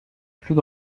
plus